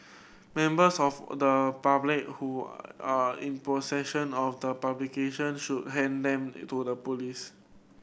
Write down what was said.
members of the public who are in possession of the publication should hand them to the police